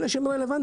אלה שהם רלבנטיים,